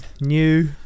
new